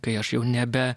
kai aš jau nebe